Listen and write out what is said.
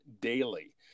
daily